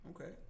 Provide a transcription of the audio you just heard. Okay